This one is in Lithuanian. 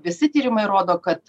visi tyrimai rodo kad